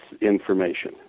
information